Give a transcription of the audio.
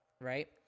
Right